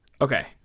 Okay